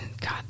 God